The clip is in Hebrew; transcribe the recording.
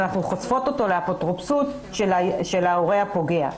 אנחנו חושפות אותו לאפוטרופסות של ההורה הפוגע.